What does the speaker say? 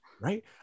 Right